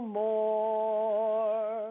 more